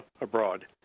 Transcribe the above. abroad